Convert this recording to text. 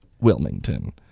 Wilmington